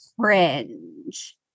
cringe